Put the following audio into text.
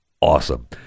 awesome